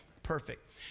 perfect